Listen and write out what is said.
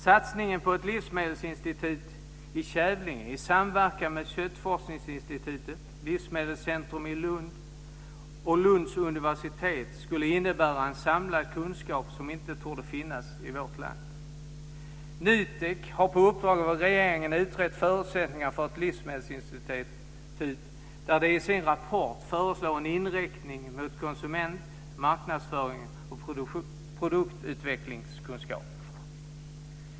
Satsningen på ett livsmedelsinstitut i Kävlinge i samverkan med Köttforskningsinstitutet, Livsmedelscentrum i Lund och Lunds universitet skulle innebära en samlad kunskap som inte torde finnas i vårt land. NUTEK har på uppdrag av regeringen utrett förutsättningarna för ett livsmedelsinstitut. De föreslår i sin rapport en inriktning mot konsument, marknadsföring och produktutvecklingskunskap.